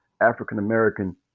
African-American